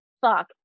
fuck